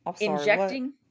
injecting